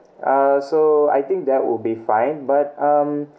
uh so I think that would be fine but um